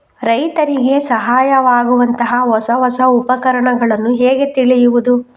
ರೈತರಿಗೆ ಸಹಾಯವಾಗುವಂತಹ ಹೊಸ ಹೊಸ ಉಪಕರಣಗಳನ್ನು ಹೇಗೆ ತಿಳಿಯುವುದು?